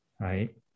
right